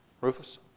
Rufus